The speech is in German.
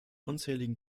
unzähligen